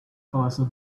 colossal